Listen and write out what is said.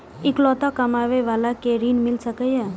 इकलोता कमाबे बाला के ऋण मिल सके ये?